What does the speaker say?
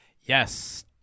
Yes